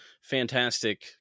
fantastic